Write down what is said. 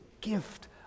gift